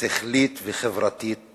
שכלית וחברתית